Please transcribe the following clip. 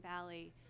Valley